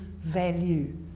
value